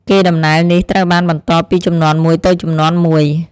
កេរដំណែលនេះត្រូវបានបន្តពីជំនាន់មួយទៅជំនាន់មួយ។